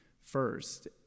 first